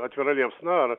atvira liepsna ar